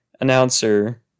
announcer